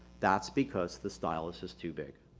that's because the stylus is too big,